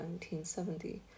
1970